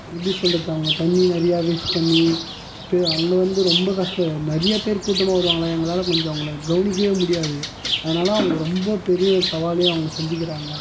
எப்படி சொல்கிறது அவங்க தண்ணி நிறையா வேஸ்ட் பண்ணி போய் அங்கே வந்து ரொம்ப கஷ்டம் நிறைய பேர் கூட்டமாக வருவாங்களாம் எங்களால் கொஞ்சம் அவங்கள கவனிக்கவே முடியாது அதனால் அவங்க ரொம்ப பெரிய சவாலையும் அவங்க சந்திக்கிறாங்க